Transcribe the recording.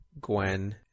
Gwen